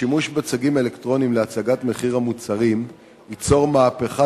השימוש בצגים האלקטרוניים להצגת מחיר המוצרים ייצור מהפכה